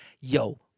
Yo